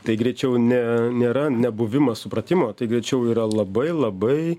tai greičiau ne nėra nebuvimas supratimo tai greičiau yra labai labai